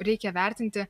reikia vertinti